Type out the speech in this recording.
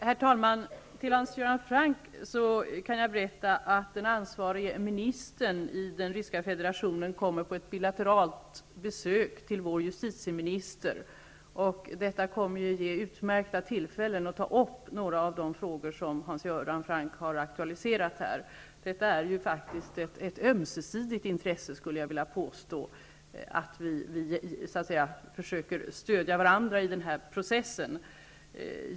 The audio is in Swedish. Herr talman! Jag kan berätta för Hans Göran Franck att den ansvarige ministern i den ryska federationen kommer på ett bilateralt besök till vår justitieminister. Detta kommer att ge utmärkta tillfällen att ta upp några av de frågor som Hans Göran Franck har aktualiserat. Det är ett ömsesidigt intresse att vi försöker stödja varandra i denna process.